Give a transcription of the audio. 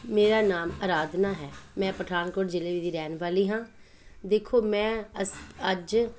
ਮੇਰਾ ਨਾਮ ਅਰਾਧਨਾ ਹੈ ਮੈਂ ਪਠਾਨਕੋਟ ਜ਼ਿਲ੍ਹੇ ਦੀ ਰਹਿਣ ਵਾਲੀ ਹਾਂ ਦੇਖੋ ਮੈਂ ਅਸ ਅੱਜ